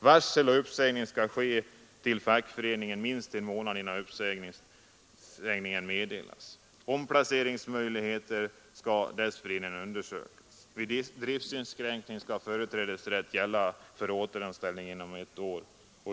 Varsel och uppsägning skall ske till fackföreningen minst en månad innan uppsägningen meddelas. Omplaceringsmöjligheter skall dessförinnan undersökas. Vid driftsinskränkning skall företrädesrätt gälla för återanställning inom ett år.